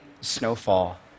snowfall